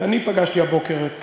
אני פגשתי הבוקר את